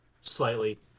slightly